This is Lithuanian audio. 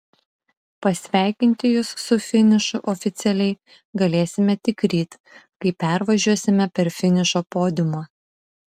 pasveikinti jus su finišu oficialiai galėsime tik ryt kai pervažiuosime per finišo podiumą